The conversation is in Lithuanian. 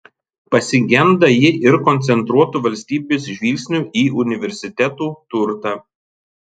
pasigenda ji ir koncentruoto valstybės žvilgsnio į universitetų turtą